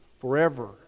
forever